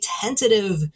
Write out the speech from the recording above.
tentative